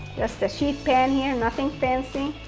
just a sheet pan here, nothing fancy.